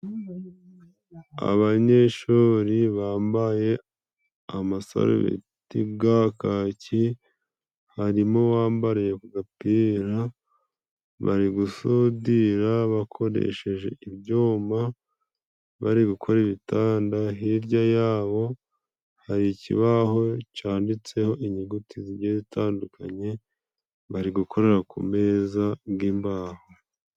Abanyeshuri bambaye amasarubeti ga kaki harimo uwambariye ku gapira, bari gusudira bakoresheje ibyuma, bari gukora ibitanda. Hirya yabo hari ikibaho canditseho inyuguti zigiye zitandukanye, bari gukorera ku meza g'imbaho.